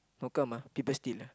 how come ah people steal ah